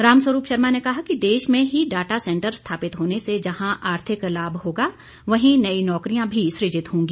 रामस्वरूप शर्मा ने कहा कि देश में ही डाटा सेंटर स्थापित होने से जहा आर्थिक लाभ होगा वहीं नई नौकरियां भी सृजित होंगी